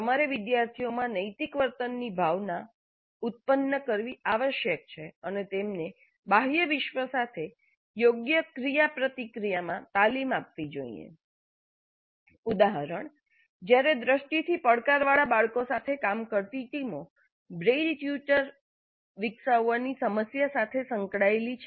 તમારે વિદ્યાર્થીઓમાં નૈતિક વર્તનની ભાવના ઉત્પન્ન કરવી આવશ્યક છે અને તેમને બાહ્ય વિશ્વ સાથે યોગ્ય ક્રિયાપ્રતિક્રિયામાં તાલીમ આપવી જોઈએ ઉદાહરણ જ્યારે દૃષ્ટિથી પડકારવાળા બાળકો સાથે કામ કરતી ટીમો બ્રેઇલ ટ્યૂટર વિકસાવવાની સમસ્યા સાથે સંકળાયેલી છે